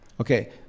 Okay